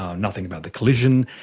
ah nothing about the collision,